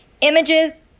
images